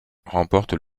remportent